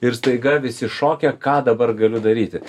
ir staiga visi šoke ką dabar galiu daryti